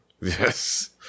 Yes